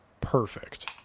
perfect